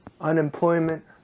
unemployment